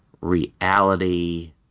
reality